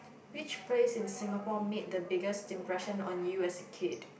which place in Singapore made the biggest impression on you as a kid